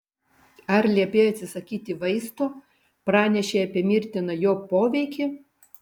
ar liepei atsisakyti vaisto pranešei apie mirtiną jo poveikį